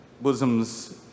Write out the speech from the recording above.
bosoms